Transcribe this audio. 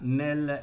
nel